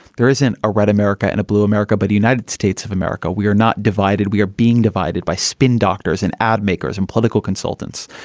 there isn't a red america and a blue america, but a united states of america. we are not divided. we are being divided by spin doctors and ad makers. and political consultants.